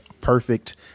perfect